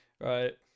right